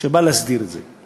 שבא להסדיר את זה.